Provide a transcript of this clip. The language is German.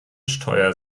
steuer